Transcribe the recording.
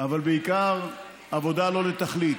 אבל בעיקר עבודה לא לתכלית.